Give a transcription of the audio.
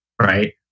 right